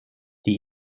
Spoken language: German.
die